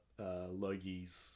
Logies